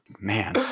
Man